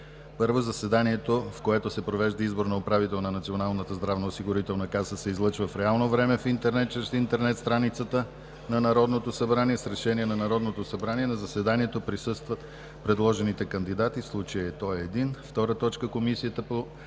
1. Заседанието, в което се провежда избор на управител на Националната здравноосигурителна каса, се излъчва в реално време в интернет, чрез интернет страницата на Народното събрание. С решение на Народното събрание на заседанието присъстват предложените кандидати, а в случая той е един.